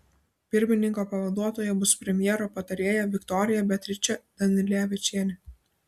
pirmininko pavaduotoja bus premjero patarėja viktorija beatričė danilevičienė